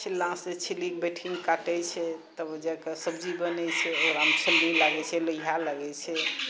छिलनासँ छिली कऽ बैठिके काटै छै तब जा कऽ सब्जी बनै छै ओकरामे छोलनी लागै छै लोहिया लागै छै